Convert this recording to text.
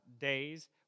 day's